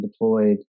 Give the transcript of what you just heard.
deployed